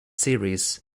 series